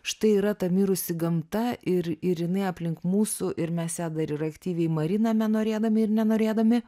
štai yra ta mirusi gamta ir ir jinai aplink mūsų ir mes ją dar ir aktyviai mariname norėdami ir nenorėdami